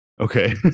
okay